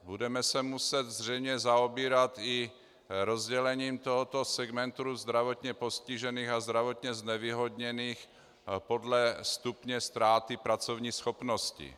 Budeme se muset zřejmě zaobírat i rozdělením tohoto segmentu zdravotně postižených a zdravotně znevýhodněných podle stupně ztráty pracovní schopnosti.